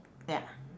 ya